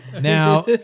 Now